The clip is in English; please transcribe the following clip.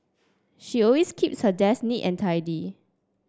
she always keeps her desk neat and tidy